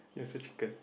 you are so chicken